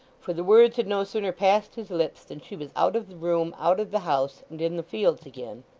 for the words had no sooner passed his lips than she was out of the room, out of the house, and in the fields again.